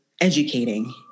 educating